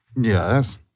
Yes